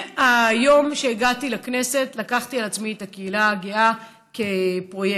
מהיום שהגעתי לכנסת לקחתי על עצמי את הקהילה הגאה כפרויקט,